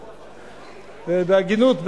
בהגינות,